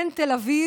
בין תל אביב